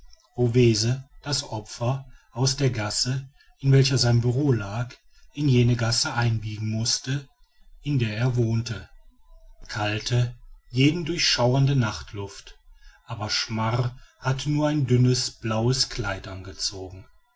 das opfer aus der gasse in welcher sein bureau lag in jene gasse einbiegen mußte in der er wohnte kalte jeden durchschauernde nachtluft aber schmar hatte nur ein dünnes blaues kleid angezogen